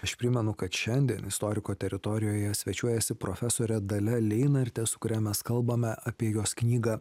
aš primenu kad šiandien istoriko teritorijoje svečiuojasi profesorė dalia leinartė su kuria mes kalbame apie jos knygą